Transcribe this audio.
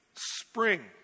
spring